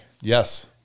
Yes